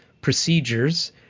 procedures